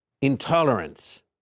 Intolerance